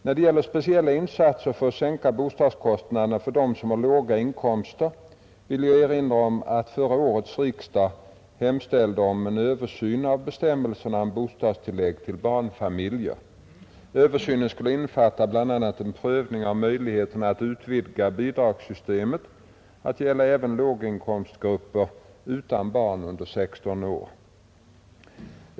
När det gäller speciella insatser för att sänka bostadskostnaderna för dem som har låga inkomster vill jag erinra om att förra årets riksdag hemställde om en översyn av bestämmelserna om bostadstillägg till barnfamiljer. Översynen skulle innefatta bl.a. en prövning av möjligheterna att utvidga bidragssystemet att gälla även låginkomstgrupper utan barn under 16 år.